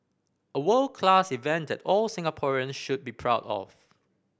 a world class event that all Singaporean should be proud of